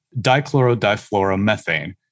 dichlorodifluoromethane